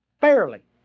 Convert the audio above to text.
fairly